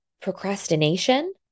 procrastination